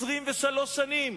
23 שנים